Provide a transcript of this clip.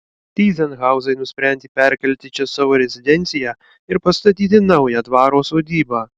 tyzenhauzai nusprendė perkelti čia savo rezidenciją ir pastatyti naują dvaro sodybą